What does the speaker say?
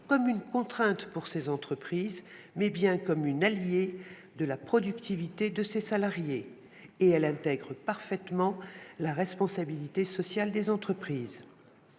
comme une contrainte pour les entreprises, mais bien comme une alliée de la productivité de leurs salariés. En outre, elle s'intègre parfaitement dans la responsabilité sociale des entreprises.